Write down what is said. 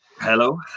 hello